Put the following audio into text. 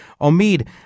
Omid